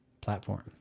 platform